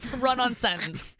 run on sentence,